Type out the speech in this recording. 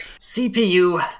CPU